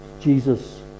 Jesus